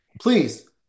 please